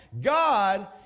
God